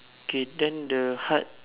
okay then the hut